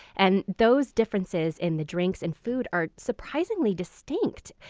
and those differences in the drinks and food are surprisingly distinct.